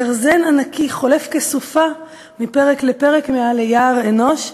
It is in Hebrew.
גרזן ענקי חולף כסופה מפרק לפרק מעל ליער אנוש,